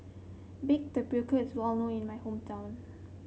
Baked Tapioca is well known in my hometown